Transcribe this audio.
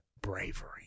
bravery